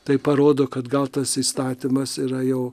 tai parodo kad gal tas įstatymas yra jau